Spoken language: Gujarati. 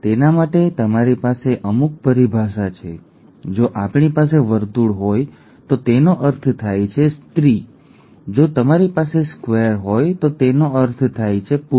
તેના માટે તમારી પાસે અમુક પરિભાષા છે જો આપણી પાસે વર્તુળ હોય તો તેનો અર્થ થાય છે સ્ત્રી જો તમારી પાસે સ્ક્વેર હોય તો તેનો અર્થ થાય છે નર